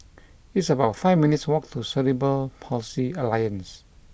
it's about five minutes' walk to Cerebral Palsy Alliance